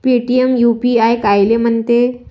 Paytm UPI कायले म्हनते?